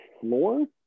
floor